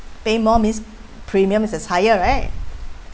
pay more means premium is higher right